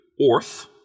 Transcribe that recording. Orth